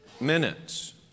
minutes